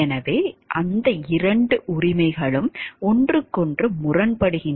எனவே அந்த இரண்டு உரிமைகளும் ஒன்றுக்கொன்று முரண்படுகின்றன